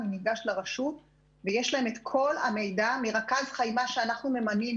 אני ניגש לרשות ויש להם את כל המידע מרכז חיימ"ש שאנחנו מממנים